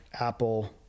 apple